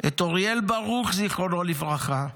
את אוריאל ברוך, זיכרונו לברכה,